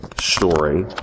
story